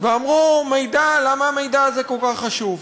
ואמרו: מידע, למה המידע הזה כל כך חשוב?